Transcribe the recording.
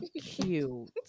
cute